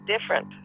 different